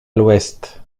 l’ouest